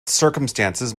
circumstances